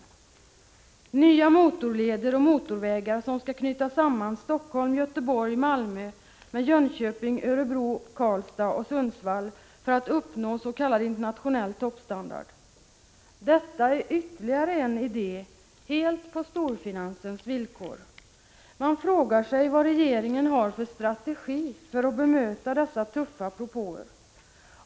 Det handlar om nya motorleder och motorvägar som skall knyta samman Helsingfors-Göteborg-Malmö med Jönköping-Örebro-Karlstad och Sundsvall för att man skall uppnå s.k. internationell toppstandard. Detta är ytterligare en idé som skall genomföras helt på storfinansens villkor. Man frågar sig vilken strategi regeringen har för att bemöta dessa tuffa propåer.